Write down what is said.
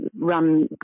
run